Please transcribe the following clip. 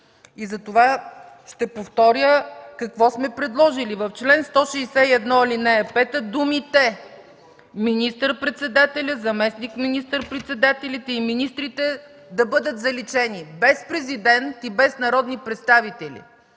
Затова ще повторя какво сме предложили: „В чл. 161, ал. 5 думите „министър-председателя, заместник министър-председателите и министрите” да бъдат заличени. Без президент и без народни представители